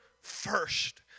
first